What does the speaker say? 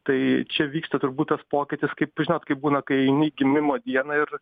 tai čia vyksta turbūt tas pokytis kaip žinot kaip būna kai eini į gimimo dieną ir